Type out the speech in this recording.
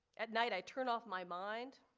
at night i turn off my mind,